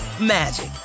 magic